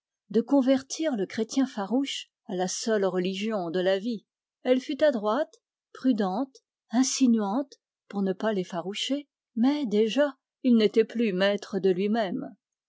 de convertir le chrétien farouche à la seule religion de la vie elle fut adroite prudente insinuante pour ne pas l'effaroucher mais déjà il n'était plus maître de lui-même